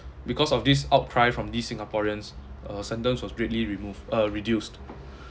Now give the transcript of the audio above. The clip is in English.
because of this outcry from these singaporeans uh sentence was greatly remove~ uh reduced